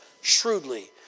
shrewdly